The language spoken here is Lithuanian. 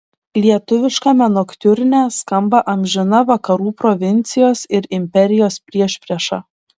lietuviškame noktiurne skamba amžina vakarų provincijos ir imperijos priešprieša